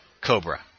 Cobra